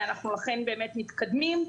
ואנחנו אכן באמת מתקדמים.